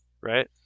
Right